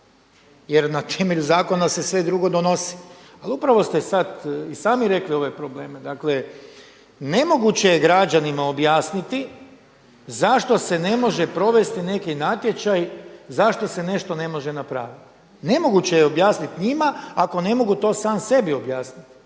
Jer na temelju zakona se sve drugo donosi. Ali upravo ste sada i sami rekli ove probleme. Dakle, nemoguće je građanima objasniti zašto se ne može provesti neki natječaj, zašto se nešto ne može napraviti. Nemoguće je objasniti njima ako ne mogu to sam sebi objasniti.